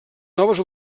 noves